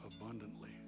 abundantly